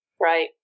Right